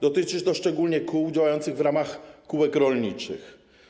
Dotyczy to szczególnie kół działających w ramach kółek rolniczych.